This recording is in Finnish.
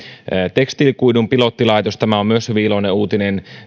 tekstiilikuidun pilottilaitos tämä on myös hyvin iloinen uutinen